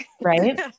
Right